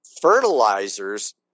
fertilizers